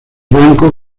blanco